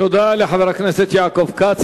תודה לחבר הכנסת יעקב כץ.